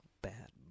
bad